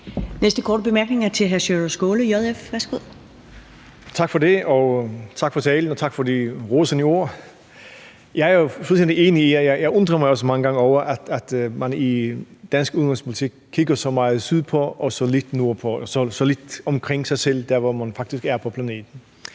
næste korte bemærkning er til hr. Sjúrður Skaale, JF. Værsgo. Kl. 15:03 Sjúrður Skaale (JF): Tak for det. Tak for talen, og tak for de rosende ord. Jeg er jo fuldstændig enig. Jeg undrer mig også mange gange over, at man i dansk udenrigspolitik kigger så meget sydpå og så lidt nordpå, så lidt omkring sig selv der, hvor man faktisk er på planeten.